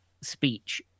speech